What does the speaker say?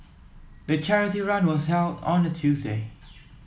the charity run was held on a Tuesday